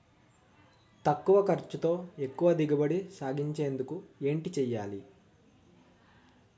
తక్కువ ఖర్చుతో ఎక్కువ దిగుబడి సాధించేందుకు ఏంటి చేయాలి?